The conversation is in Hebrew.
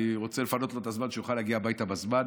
רוצה לפנות לו את הזמן שיוכל להגיע הביתה בזמן.